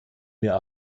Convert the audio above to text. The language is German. mir